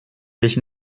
dich